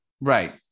Right